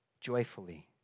joyfully